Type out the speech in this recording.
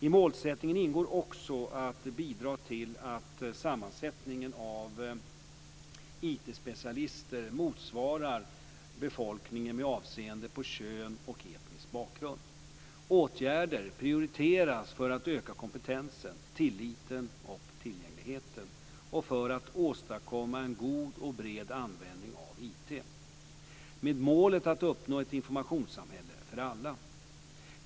I målsättningen ingår också att bidra till att sammansättningen av IT specialister motsvarar befolkningen med avseende på kön och etnisk bakgrund. Åtgärder prioriteras för att öka kompetensen, tilliten och tillgängligheten och för att åstadkomma en god och bred användning av IT, med målet att uppnå ett informationssamhälle för alla.